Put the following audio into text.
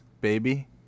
baby